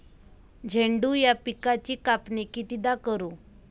झेंडू या पिकाची कापनी कितीदा करू?